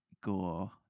gore